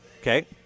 Okay